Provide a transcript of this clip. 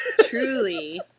Truly